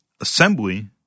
assembly